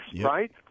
right